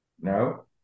No